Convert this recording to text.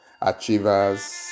achievers